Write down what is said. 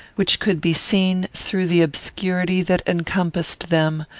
which could be seen through the obscurity that encompassed them,